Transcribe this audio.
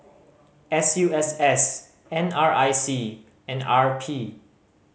S U S S N R I C and R P